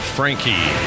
Frankie